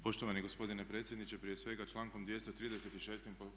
Poštovani gospodine predsjedniče, prije svega člankom 236.